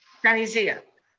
sunny zia.